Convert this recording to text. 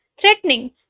threatening